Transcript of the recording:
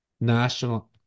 national